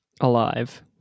alive